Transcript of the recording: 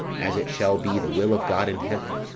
as it shall be the will of god in heaven,